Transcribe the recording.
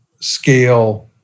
scale